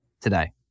today